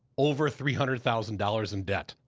over three hundred thousand dollars in debt.